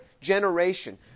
generation